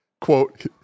quote